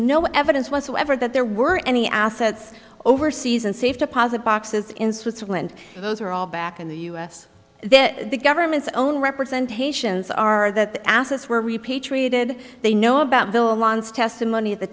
no evidence whatsoever that there were any assets overseas and safe deposit boxes in switzerland those are all back in the u s that the government's own representations are that the assets were repatriated they know about the lawns testimony at the